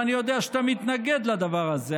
ואני יודע שאתה מתנגד לדבר הזה.